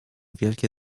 wielkie